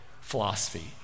philosophy